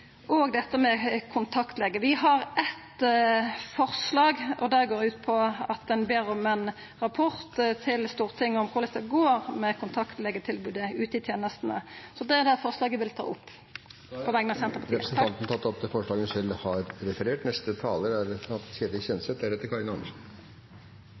og dette med kontaktlege. Vi har eitt forslag, og det går ut på at ein ber om ein rapport til Stortinget om korleis det går med kontaktlegetilbodet ute i tenestene. Det forslaget vil eg ta opp på vegner av Senterpartiet. Representanten Kjersti Toppe har tatt opp det forslaget hun refererte til. Tannhelsen er